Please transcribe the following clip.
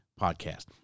Podcast